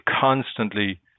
constantly